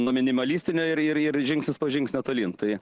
nuo minimalistinio ir ir žingsnis po žingsnio tolyn tai